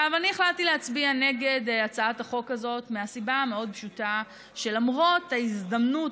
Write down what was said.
אני החלטתי להצביע נגד הצעת החוק הזאת מהסיבה המאוד-פשוטה שלמרות ההזדמנות